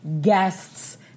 guests